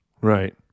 right